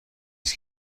است